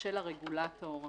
של הרגולטור,